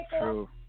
true